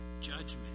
judgment